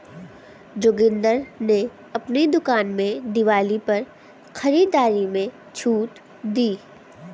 जोगिंदर ने अपनी दुकान में दिवाली पर खरीदारी में छूट दी